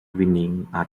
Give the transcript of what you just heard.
winning